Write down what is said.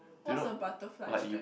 what's a butterfly strap